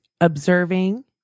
observing